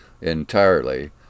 entirely